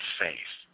faith